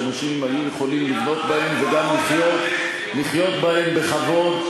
שאנשים היו יכולים לבנות בהן וגם לחיות בהן בכבוד,